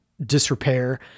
disrepair